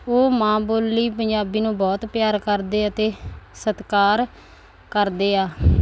ਉਹ ਮਾਂ ਬੋਲੀ ਪੰਜਾਬੀ ਨੂੰ ਬਹੁਤ ਪਿਆਰ ਕਰਦੇ ਆ ਅਤੇ ਸਤਿਕਾਰ ਕਰਦੇ ਆ